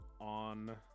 on